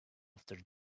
after